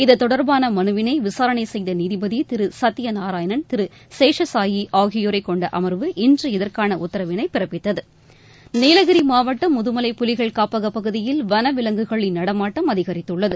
இத்தொடர்பாள மனுவிளை விசாரணை செய்த நீதிபதி திரு சுத்தியநாராயணன் திரு சேஷசாயி ஆகியோரை கொண்ட அமர்வு இன்று இதற்கான உத்தரவினை பிறப்பித்தது நீலகிரி மாவட்டம் முதுமலை புலிகள் காப்பக பகுதியில் வன விலங்குகளின் நடமாட்டம் அதிகரித்துள்ளது